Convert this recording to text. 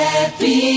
Happy